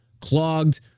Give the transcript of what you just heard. clogged